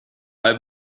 have